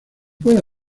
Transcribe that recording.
puede